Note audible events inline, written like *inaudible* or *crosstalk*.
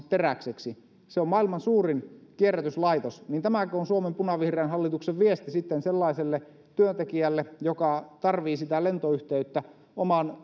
*unintelligible* teräkseksi se on maailman suurin kierrätyslaitos tämäkö on sitten suomen punavihreän hallituksen viesti sellaiselle työntekijälle joka tarvitsee sitä lentoyhteyttä oman *unintelligible*